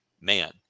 Man